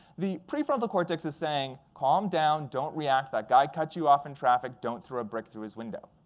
the prefrontal cortex is saying calm down. don't react. that guy cut you off in traffic. don't throw a brick through his window.